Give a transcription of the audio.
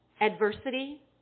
adversity